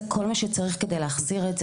כל מה שצריך כדי להחזיר את המסעות.